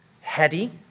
heady